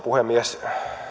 puhemies